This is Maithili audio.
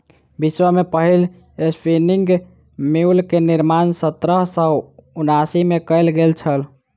विश्व में पहिल स्पिनिंग म्यूल के निर्माण सत्रह सौ उनासी में कयल गेल छल